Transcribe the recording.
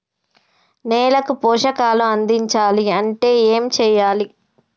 నేలకు పోషకాలు అందించాలి అంటే ఏం చెయ్యాలి?